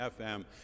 FM